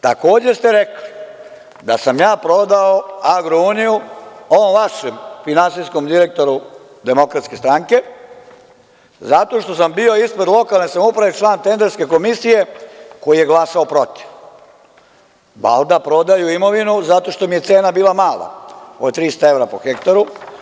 Takođe ste rekli da sam ja prodao „Agrouniju“ onom vašem finansijskom direktoru Demokratske stranke, zato što sam bio ispred lokalne samouprave član tenderske komisije koji je glasao protiv zato što mi je cena bila mala od 300 evra po hektaru.